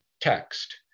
text